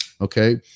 Okay